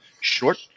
short